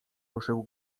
ruszył